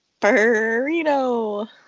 Burrito